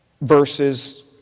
versus